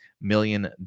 million